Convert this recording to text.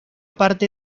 parte